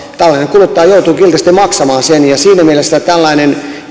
tavallinen kuluttaja joutuu kiltisti maksamaan sen ja siinä mielessä tällainen